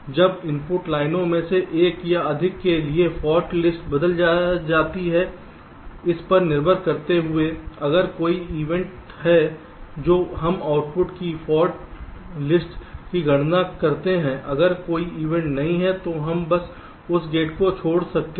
जब इनपुट लाइनों में से एक या अधिक के लिए फाल्ट लिस्ट बदल जाती है इस पर निर्भर करते हुए अगर कोई इवेंट है जो हम आउटपुट की फाल्ट लिस्ट की गणना या गणना करते हैं अगर कोई इवेंट नहीं है तो हम बस उस गेट को छोड़ सकते हैं